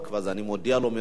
אז אני מודיע לו מראש,